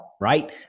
right